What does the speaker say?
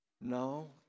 No